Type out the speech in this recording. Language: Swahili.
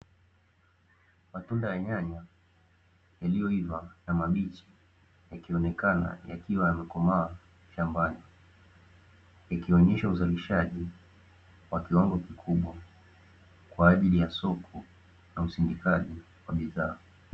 Matunda ya nyanya yaliyoiva na mabichi yakionekana yakiwa yamekomaa shambani. Yakionyesha uzalishaji kwa kiwango kikubwa kwa ajili soko la usindikaji wa bidhaa.